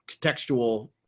contextual